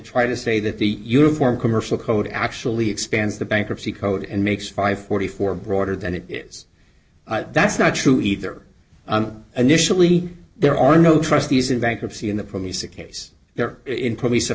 try to say that the uniform commercial code actually expands the bankruptcy code and makes five forty four broader than it is that's not true either additionally there are no trustees in bankruptcy in the police a case there in police